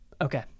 Okay